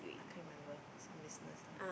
I can't remember some business ah